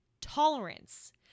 tolerance